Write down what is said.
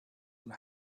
and